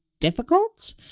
difficult